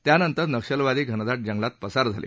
त्यानंतर नक्षलवादी घनदाट जंगलात पसार झाले